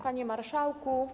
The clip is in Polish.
Panie Marszałku!